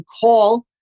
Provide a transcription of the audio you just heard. call